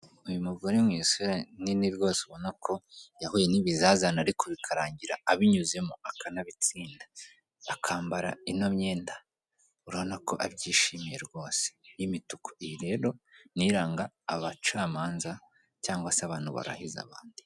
Uyu mugore mu isura nini rwose ubona ko yahuye n'ibizazane ariko bikarangira abinyuzemo akanabitsinda. Akambara ino myenda urabona ko abyishimiye rwose imituku iyi rero niyo iranga abacamanza cyangwa se abantu barahiza abandi.